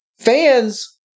fans